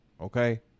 okay